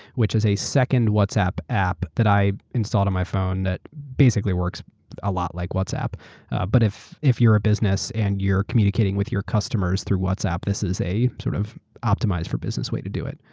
which is a second whatsapp app that i installed on my phone that basically works a lot like whatsapp but if if you're a business and you're communicating with your customers through whatsapp, this is sort of optimized for business way to do it,